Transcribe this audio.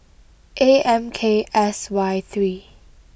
A M K S Y three